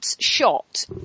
shot